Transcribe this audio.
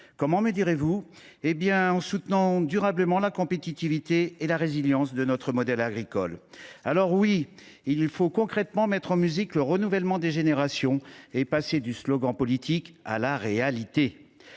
Comment, me demanderez vous ? En soutenant durablement la compétitivité et la résilience de notre modèle agricole. Alors, oui, il faut concrètement mettre en musique le renouvellement des générations et passer du slogan politique à la réalité.